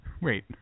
Wait